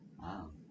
Wow